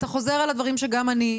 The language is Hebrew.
אתה חוזר על הדברים שגם אני,